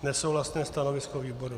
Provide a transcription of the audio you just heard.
Nesouhlasné stanovisko výboru.